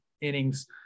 innings